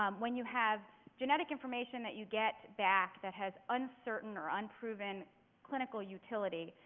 um when you have genetic information that you get back that has uncertain or unproven clinical utility,